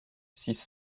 six